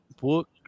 book